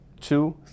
two